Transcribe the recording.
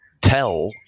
tell